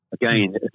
Again